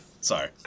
Sorry